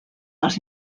els